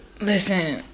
listen